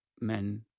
men